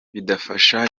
bizadufasha